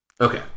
Okay